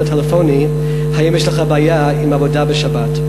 הטלפוני היא: האם יש לך בעיה עם עבודה בשבת?